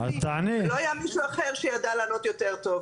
לא היה מישהו אחר שידע לענות יותר טוב.